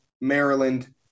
Maryland